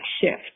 shift